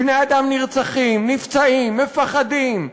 בני-אדם נרצחים, נפצעים, מפחדים.